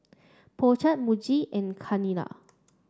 Po Chai Muji and Chanira